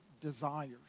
desires